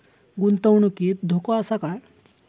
गुंतवणुकीत धोको आसा काय?